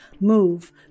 move